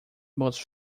most